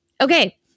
okay